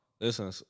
Listen